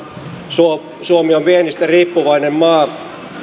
suomi suomi on viennistä riippuvainen maa